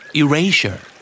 erasure